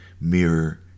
mirror